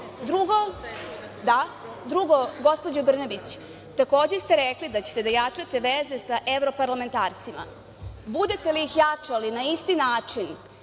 najavila. Drugo, gospođo Brnabić, takođe ste rekli da ćete da jačate veze sa evroparlamentarcima. Budete li ih jačali na isti način,